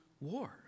war